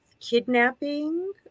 kidnapping